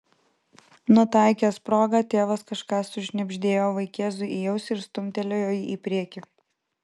nutaikęs progą tėvas kažką sušnibždėjo vaikėzui į ausį ir stumtelėjo jį į priekį